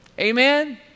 Amen